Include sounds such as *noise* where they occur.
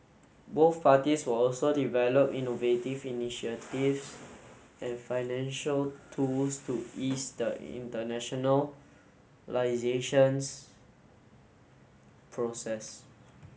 both parties will also develop innovative initiatives and financial tools to ease the internationalisation *unintelligible* process